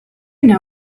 know